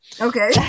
Okay